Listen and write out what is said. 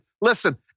Listen